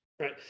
Right